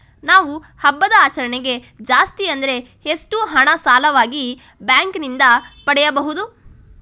ನಾವು ಹಬ್ಬದ ಆಚರಣೆಗೆ ಜಾಸ್ತಿ ಅಂದ್ರೆ ಎಷ್ಟು ಹಣ ಸಾಲವಾಗಿ ಬ್ಯಾಂಕ್ ನಿಂದ ಪಡೆಯಬಹುದು?